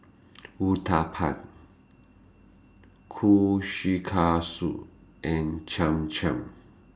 Uthapam Kushikatsu and Cham Cham